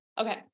Okay